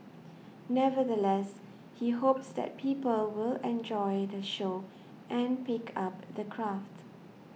nevertheless he hopes that people will enjoy the show and pick up the craft